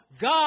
God